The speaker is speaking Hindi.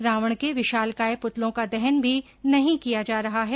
रावण के विशालकाय पुतलों का दहन भी नहीं किया जा रहा है